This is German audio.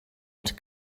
und